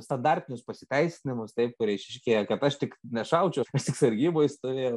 standartinius pasiteisinimus taip kurie išryškėja kad aš tik nešaudžiau aš tik sargyboj stovėjau